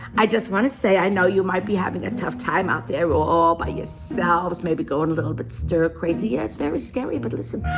i just wanna say i know you might be having a tough time out there all by yourselves, maybe goin' a little bit stir-crazy, yeah, it's very scary, but listen,